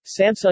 Samsung